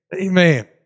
Amen